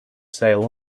sale